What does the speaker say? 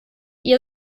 ihr